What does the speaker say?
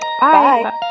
Bye